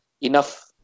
enough